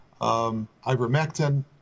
ivermectin